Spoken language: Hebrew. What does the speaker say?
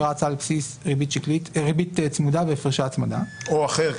רצה על בסיס ריבית צמודה והפרשי הצמדה -- או אחר,